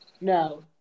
no